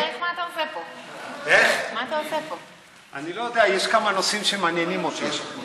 ההצעה להעביר את הנושא לוועדה שתקבע